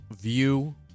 view